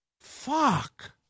Fuck